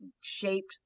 shaped